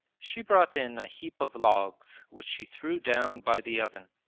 she brought in a heap of logs which she threw down by the oven.